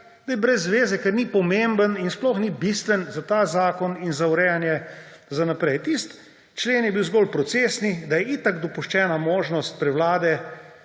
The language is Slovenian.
da je brez zveze, ker ni pomemben in sploh ni bistven za ta zakon in za urejanje za naprej. Tisti člen je bil zgolj procesni, da je itak dopuščena možnost prevlade